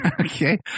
okay